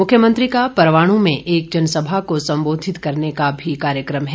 मुख्यमंत्री का परवाणु में एक जनसभा को संबोधित करने का भी कार्यक्रम है